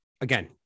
again